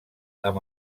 amb